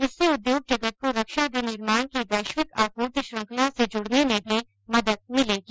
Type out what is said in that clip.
इससे उद्योग जगत को रक्षा विनिर्माण की वैश्विक आपूर्ति श्रृंखला से जुडने में भी मदद मिलेगी